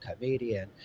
comedian